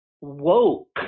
woke